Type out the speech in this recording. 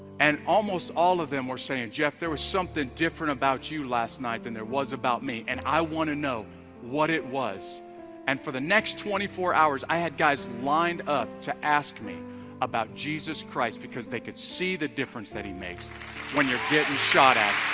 and almost all of them were saying jeff there was something about you last night than there was about me and i want to know what it was and for the next twenty four hours i had guys lined up to, ask me about jesus christ because they could see the difference that he makes when you're getting shot at.